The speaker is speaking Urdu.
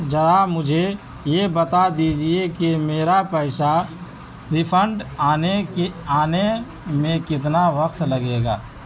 ذرا مجھے یہ بتا دیجیے کہ میرا پیسہ ریفنڈ آنے کہ آنے میں کتنا وقت لگے گا